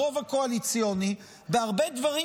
והרוב הקואליציוני,